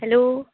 hello